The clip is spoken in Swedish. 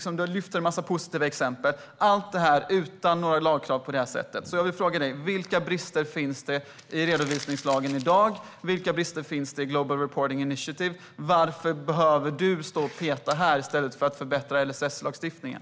Du lyfter fram en mängd positiva exempel. Allt detta har skett utan några lagkrav. Jag vill fråga dig: Vilka brister finns i dag i redovisningslagen? Vilka brister finns det i Global Reporting Initiative? Varför behöver du stå här och peta i stället för att förbättra LSS-lagstiftningen?